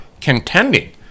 contending